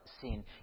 sin